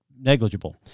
negligible